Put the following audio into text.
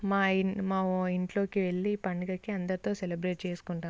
మా ఇ మా ఇంట్లోకి వెళ్ళి ఈ పండుగకి అందరితో సెలబ్రేట్ చేసుకుంటాం